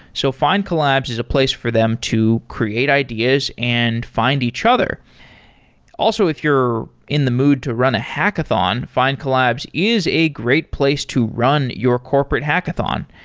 so findcollabs is a place for them to create ideas and find each other also, if you're in the mood to run a hackathon, findcollabs is a great place to run your corporate hackathon.